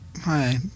Hi